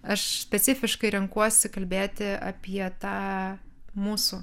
aš specifiškai renkuosi kalbėti apie tą mūsų